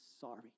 sorry